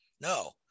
No